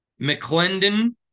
McClendon